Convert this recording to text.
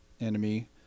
enemy